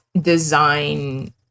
design